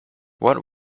what